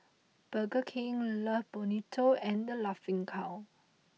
Burger King Love Bonito and The Laughing Cow